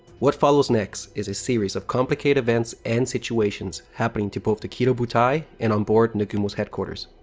what follows next is a series of complicated events and situations happening to both the kido butai and onboard nagumo's headquarters.